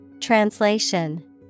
Translation